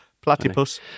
platypus